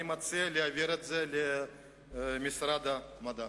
אני מציע להעביר את זה למשרד המדע.